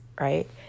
right